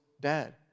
dead